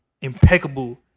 impeccable